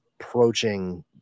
approaching